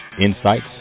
insights